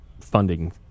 funding